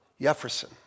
Jefferson